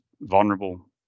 vulnerable